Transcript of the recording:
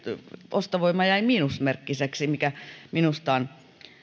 ostovoima jäi miinusmerkkiseksi mikä minusta on